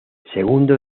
segundo